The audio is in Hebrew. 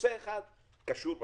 נושא אחד קשור בשני.